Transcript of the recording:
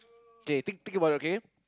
K think think about the K